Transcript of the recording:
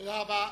תודה רבה.